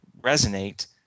resonate